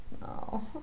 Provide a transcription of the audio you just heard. no